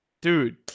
Dude